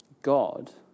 God